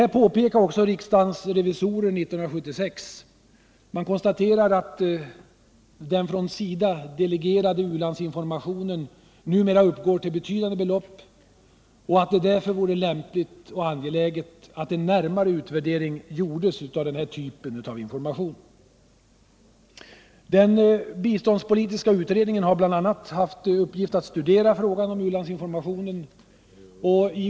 Riksdagens revisorer har 1976 påtalat detta. Man konstaterar att den från SIDA delegerade u-landsinformationen numera uppgår till betydande belopp och att det därför vore angeläget att en närmare utvärdering gjordes av denna typ av information. Den biståndspolitiska utredningen har bl.a. haft till uppgift att studera frågan om u-landsinformationen.